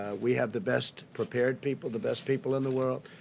we have the best prepared people, the best people in the world.